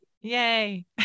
yay